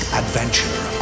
adventure